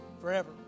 Forever